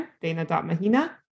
Dana.Mahina